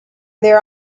their